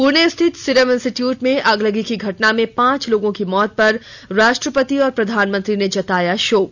पुणे स्थित Serum Institute में आगलगी की घटना में पांच लोगों की मौत पर राष्ट्रपति और प्रधानमंत्री ने जताया शोक